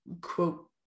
quote